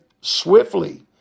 swiftly